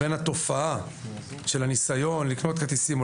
בין התופעה של הניסיון לקנות כרטיסים או